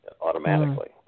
automatically